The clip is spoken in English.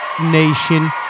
Nation